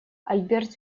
альберт